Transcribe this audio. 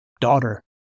daughter